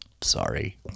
sorry